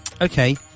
okay